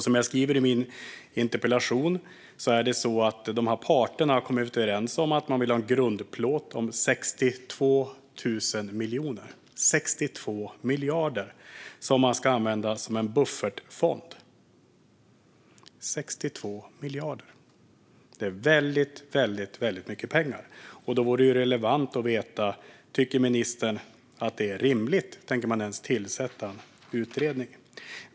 Som jag skriver i min interpellation har parterna kommit överens om att de vill ha en grundplåt om 62 000 miljoner, 62 miljarder, som ska användas som en buffertfond. Det är väldigt mycket pengar, och då vore det relevant att veta om ministern tycker att det är rimligt och om man tänker tillsätta en utredning.